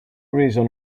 reason